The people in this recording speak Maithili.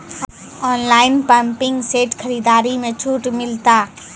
ऑनलाइन पंपिंग सेट खरीदारी मे छूट मिलता?